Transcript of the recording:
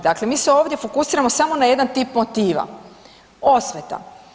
Dakle, mi se ovdje fokusiramo samo na jedan tip motiva, osveta.